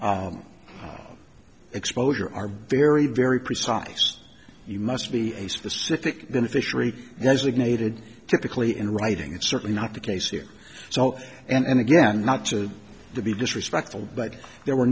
y exposure are very very precise you must be a specific beneficiary designated typically in writing it's certainly not the case here so and again not to be disrespectful but there were